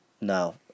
No